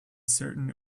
certain